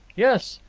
yes,